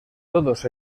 todos